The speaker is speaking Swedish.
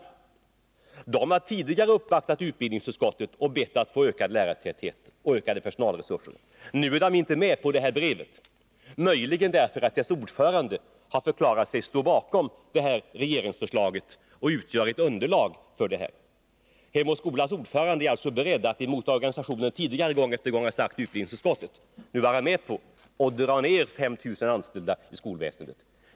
Representanter för den organisationen har tidigare uppvaktat utbildningsutskottet och bett att få ökad lärartäthet och ökade personalresurser. Nu är man inte med om det här brevet, möjligen därför att organisationens ordförande har förklarat sig stå bakom regeringsförslaget. Hem och skolas ordförande är alltså beredd —i motsats till vad organisationen tidigare gång på gång har sagt i utbildningsutskottet — att nu vara med om att dra in 5 000 anställda i skolväsendet.